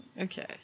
Okay